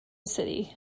city